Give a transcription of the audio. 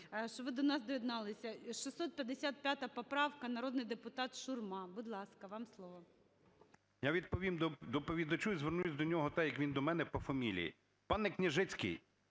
що ви до нас доєдналися. 655 поправка. Народний депутат Шурма, будь ласка, вам слово. 17:43:01 ШУРМА І.М. Я відповім доповідачу і звернуся до нього так, як він до мене, по фамілії. Пане Княжицький,